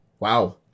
Wow